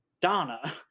Donna